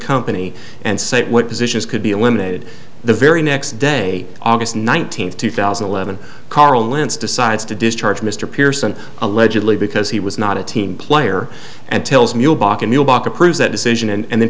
company and say what positions could be eliminated the very next day august nineteenth two thousand and eleven carl lentz decides to discharge mr pearson allegedly because he was not a team player and tells me to prove that decision and